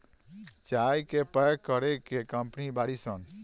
चाय के पैक करे के कंपनी बाड़ी सन